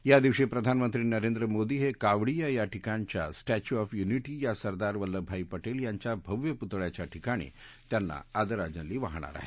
या दिवशी प्रधानमंत्री नरेंद्र मोदी हे कावडीया या ठिकाणच्या स्टच्यु ऑफ युनिटी या सरदार वल्लभभाई पटेल यांच्या भव्य पुतळ्याच्या ठिकाणी त्यांना आदराजली वाहणार आहेत